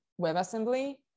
WebAssembly